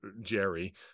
jerry